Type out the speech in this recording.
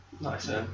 Nice